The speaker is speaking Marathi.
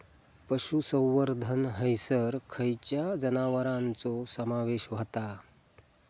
पशुसंवर्धन हैसर खैयच्या जनावरांचो समावेश व्हता?